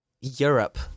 Europe